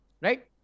Right